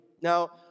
Now